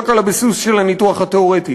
לא רק על בסיס הניתוח התיאורטי,